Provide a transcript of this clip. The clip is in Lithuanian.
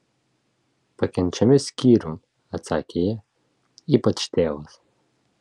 pakenčiami skyrium atsakė ji ypač tėvas